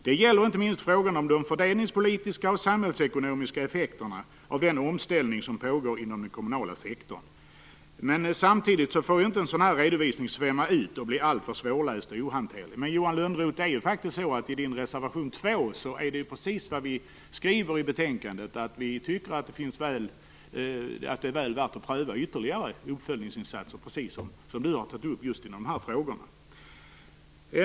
Det gäller inte minst frågorna om de fördelningspolitiska och samhällsekonomiska effekterna av den omställning som pågår inom den kommunala sektorn. Men samtidigt får inte en sådan redovisning svälla ut och bli alltför svårläst och ohanterlig. Men i betänkandet skriver vi att det är väl värt att pröva ytterligare uppföljningsinsatser i dessa frågor, precis som Johan Lönnroth har skrivit i sin reservation 2.